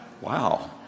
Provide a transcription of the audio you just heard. Wow